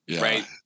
right